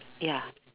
ya